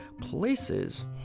places